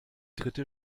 dritte